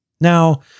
Now